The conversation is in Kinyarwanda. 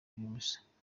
iby’ubusa